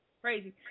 crazy